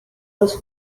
los